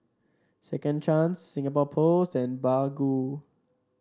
Second Chance Singapore Post and Baggu